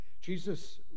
Jesus